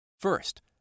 First